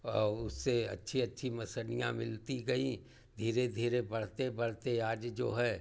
और उससे अच्छी अच्छी मछलियाँ मिलती गई धीरे धीरे बढ़ते बढ़ते आज जो है